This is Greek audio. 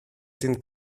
την